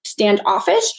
Standoffish